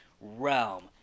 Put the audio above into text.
realm